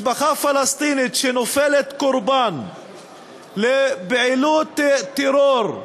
פלסטינית שנופלת קורבן לפעילות טרור,